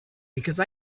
because